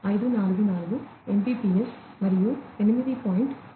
544 Mbps మరియు 8